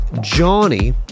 Johnny